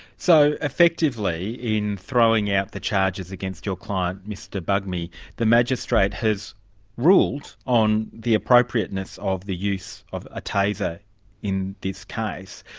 so, effectively in throwing out the charges against your client mr bugmy the magistrate has ruled on the appropriateness of the use of a taser in this case,